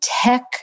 Tech